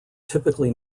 typically